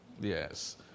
Yes